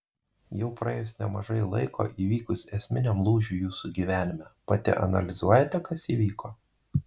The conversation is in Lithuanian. jau praėjus nemažai laiko įvykus esminiam lūžiui jūsų gyvenime pati analizuojate kas įvyko